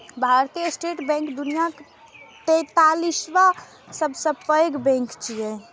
भारतीय state bank दुनियाक तैंतालिसवां सबसं पैघ बैंक छियै